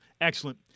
Excellent